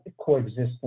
coexistence